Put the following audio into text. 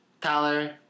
Tyler